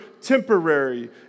temporary